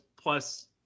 plus